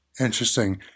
Interesting